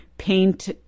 paint